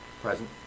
Present